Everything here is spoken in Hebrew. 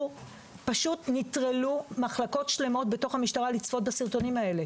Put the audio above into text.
פשוט נטרלו מחלקות שלמות בתוך המשטרה לצפות בסרטונים האלה,